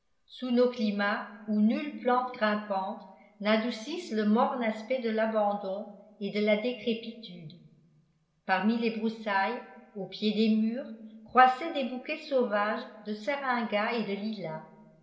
sous nos climats où nulles plantes grimpantes n'adoucissent le morne aspect de l'abandon et de la décrépitude parmi les broussailles au pied des murs croissaient des bouquets sauvages de seringats et de lilas